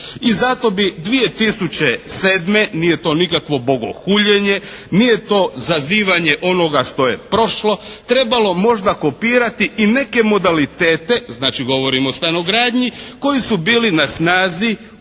I zato bi 2007. nije to nikakvo bogohuljenje, nije to zazivanje onoga što je prošlo trebalo možda kopirati i neke modalitete. Znači, govorim o stanogradnji koji su bili na snazi u onoj